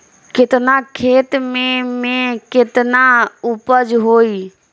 केतना खेत में में केतना उपज होई?